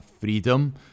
freedom